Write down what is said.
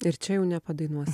ir čia jau nepadainuos